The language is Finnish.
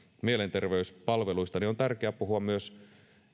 mielenterveyspalveluista on tärkeää puhua myös